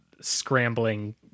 scrambling